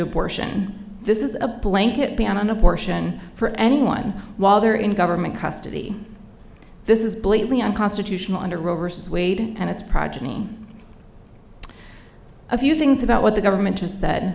abortion this is a blanket ban on abortion for anyone while they're in government custody this is blatantly unconstitutional under roe versus wade and it's progeny a few things about what the government has said